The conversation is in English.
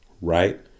right